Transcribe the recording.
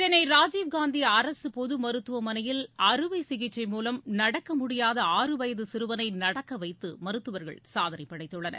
சென்னை ராஜீவ்காந்தி அரசு பொது மருத்துவமனையில் அறுவை சிகிச்சை மூலம் நடக்கமுடியாத ஆறு வயது சிறுவனை நடக்க வைத்து மருத்துவர்கள் சாதனை படைத்துள்ளனர்